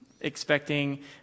expecting